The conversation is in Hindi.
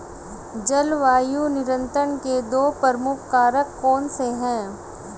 जलवायु नियंत्रण के दो प्रमुख कारक कौन से हैं?